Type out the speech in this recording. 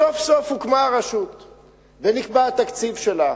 סוף סוף הוקמה הרשות ונקבע התקציב שלה,